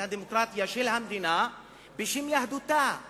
את הדמוקרטיה של המדינה בשל יהדותה?